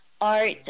art